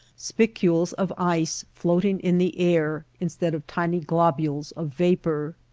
spicules of ice floating in the air, instead of tiny glob ules of vapor.